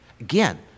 Again